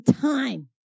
time